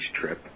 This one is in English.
trip